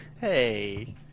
Hey